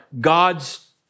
God's